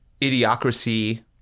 idiocracy-